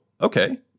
okay